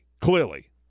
clearly